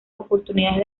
oportunidades